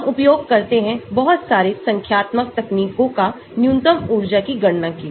हम उपयोग करते हैं बहुत सारे संख्यात्मक तकनीकों का न्यूनतम ऊर्जा की गणना के लिए